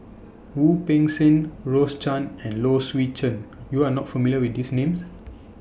Wu Peng Seng Rose Chan and Low Swee Chen YOU Are not familiar with These Names